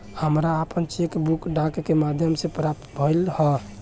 हमरा आपन cheque book डाक के माध्यम से प्राप्त भइल ह